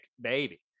baby